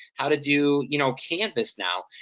how to do, you know, canvas now.